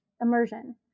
immersion